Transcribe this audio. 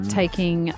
taking